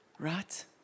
Right